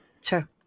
sure